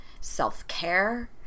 self-care